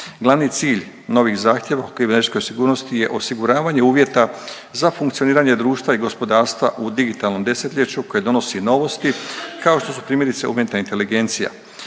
Glavni cilj novih zahtjeva o kibernetičkoj sigurnosti je osiguravanje uvjeta za funkcioniranje društva i gospodarstva u digitalnom desetljeću koje donosi novosti kao što su primjerice umjetna inteligencija.